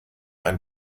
ein